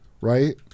right